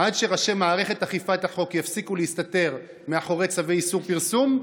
עד שראשי מערכת אכיפת החוק יפסיקו להסתתר מאחורי צווי איסור פרסום,